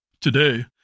Today